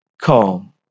calm